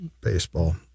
Baseball